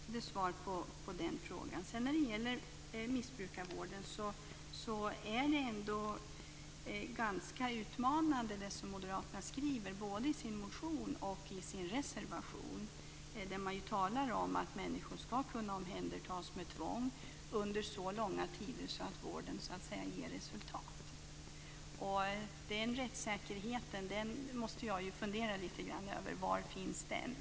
Det är svaret på den frågan. Det som Moderaterna skriver både i sin motion och i sin reservation om missbrukarvården är ändå ganska utmanande. Man talar om att människor ska kunna omhändertas med tvång under så långa tider att vården ger resultat. Jag undrar då var rättssäkerheten finns.